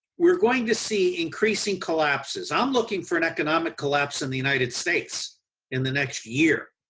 we're going to see increasing collapses. i'm looking for an economic collapse in the united states in the next year.